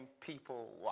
people